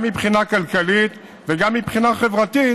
גם מבחינה כלכלית וגם מבחינה חברתית,